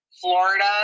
Florida